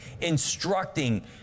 instructing